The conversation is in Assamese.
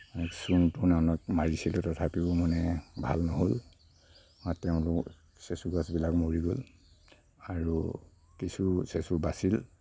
চূণ টূণ অনেক মাৰিছিলো তথাপিও মানে ভাল নহ'ল তেওঁ চেচু গছবিলাক মৰি গ'ল আৰু কিছু চেচু বাছিল